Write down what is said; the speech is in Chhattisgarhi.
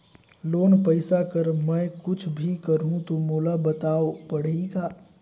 लोन पइसा कर मै कुछ भी करहु तो मोला बताव पड़ही का?